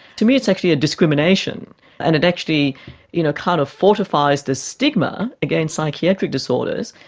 to me it's actually a discrimination and it actually you know kind of fortifies the stigma against psychiatric disorders,